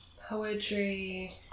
poetry